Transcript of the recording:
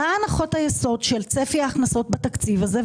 הנחות היסוד של צפי ההכנסות בתקציב הזה.